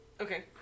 Okay